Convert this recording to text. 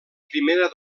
primera